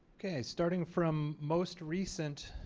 ok starting from most recent.